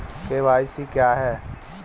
KYC क्या है?